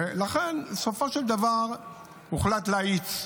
ולכן בסופו של דבר הוחלט להאיץ.